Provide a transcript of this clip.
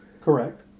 correct